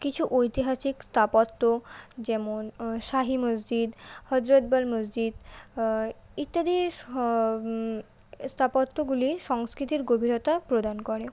কিছু ঐতিহাসিক স্থাপত্য যেমন শাহি মসজিদ হজরতবাল মসজিদ ইত্যাদি স্থাপত্যগুলি সংস্কৃতির গভীরতা প্রদান করে